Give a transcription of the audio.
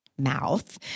mouth